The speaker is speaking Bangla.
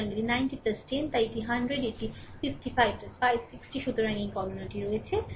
সুতরাং এটি 90 10 তাই এটি 100 এবং এটি 55 560 সুতরাং এই গণনাটি রয়েছে